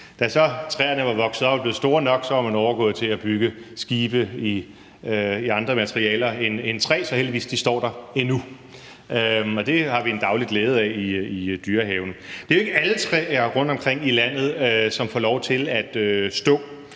Da så træerne var vokset op og blevet store nok, var man overgået til at bygge skibe i andre materialer end træ, så de står der heldigvis endnu, og det har vi en daglig glæde af i Dyrehaven. Det er jo ikke alle træer rundtomkring i landet, som får lov til at stå,